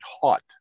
taught